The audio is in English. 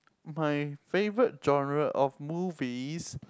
my favourite genre of movies